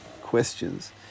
questions